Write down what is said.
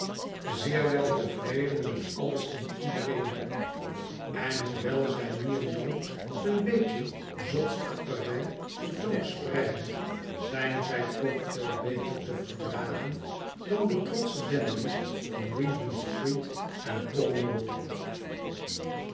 zeer weltevreden met alles en iedereen en hoewel zij nu en dan een beetje zotskapperij ten toon spreiden zijn zij toch veel beter te verdragen dan de trotsche dandy s van regentstreet en pali mall